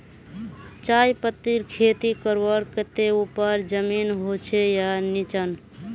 चाय पत्तीर खेती करवार केते ऊपर जमीन होचे या निचान?